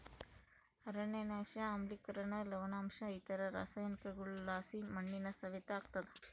ಅರಣ್ಯನಾಶ ಆಮ್ಲಿಕರಣ ಲವಣಾಂಶ ಇತರ ರಾಸಾಯನಿಕಗುಳುಲಾಸಿ ಮಣ್ಣಿನ ಸವೆತ ಆಗ್ತಾದ